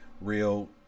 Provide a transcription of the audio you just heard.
Real